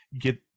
get